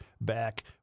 back